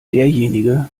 derjenige